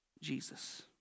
Jesus